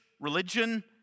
religion